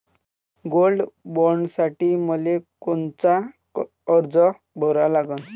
Gold बॉण्डसाठी मले कोनचा अर्ज भरा लागन?